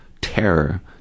terror